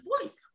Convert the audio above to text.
voice